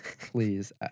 Please